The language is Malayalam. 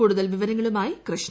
കൂടുതൽ വിവരങ്ങളുമായി കൃഷ്ട്ണ